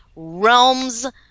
realms